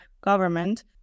government